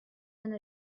and